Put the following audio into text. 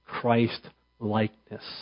Christ-likeness